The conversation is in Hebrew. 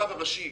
הרב הראשי,